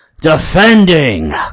defending